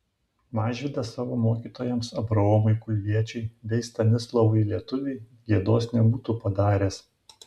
mažvydas savo mokytojams abraomui kulviečiui bei stanislovui lietuviui gėdos nebūtų padaręs